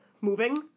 moving